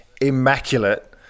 immaculate